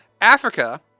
Africa